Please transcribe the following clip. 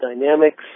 dynamics